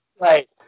Right